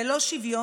זה לא שוויון,